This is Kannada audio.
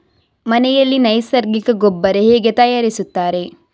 ಮನೆಯಲ್ಲಿ ನೈಸರ್ಗಿಕ ಗೊಬ್ಬರ ಹೇಗೆ ತಯಾರಿಸುತ್ತಾರೆ?